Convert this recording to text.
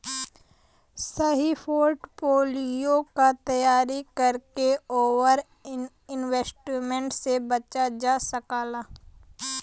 सही पोर्टफोलियो क तैयारी करके ओवर इन्वेस्टमेंट से बचल जा सकला